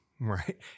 right